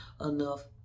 enough